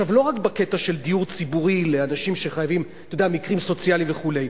לא רק בקטע של דיור ציבורי למקרים סוציאליים וכו',